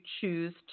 choose